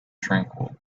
tranquil